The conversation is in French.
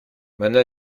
mana